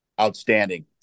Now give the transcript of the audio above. Outstanding